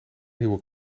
nieuwe